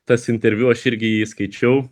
tas interviu aš irgi jį skaičiau